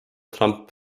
trump